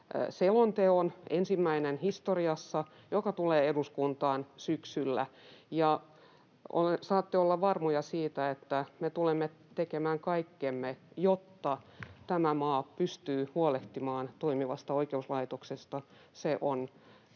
selonteon, ensimmäisen historiassa, joka tulee eduskuntaan syksyllä. Saatte olla varmoja siitä, että me tulemme tekemään kaikkemme, jotta tämä maa pystyy huolehtimaan toimivasta oikeuslaitoksesta. Se on